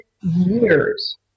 years